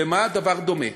למה הדבר דומה?